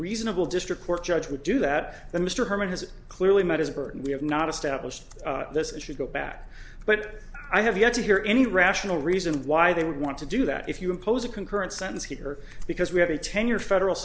reasonable district court judge would do that then mr herman has clearly met his burden we have not established this issue go back but i have yet to hear any rational reason why they would want to do that if you impose a concurrent sentence here because we have a ten year federal